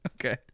okay